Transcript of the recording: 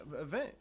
event